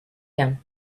him